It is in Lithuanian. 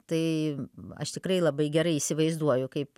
tai aš tikrai labai gerai įsivaizduoju kaip